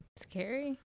scary